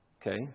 Okay